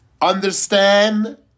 Understand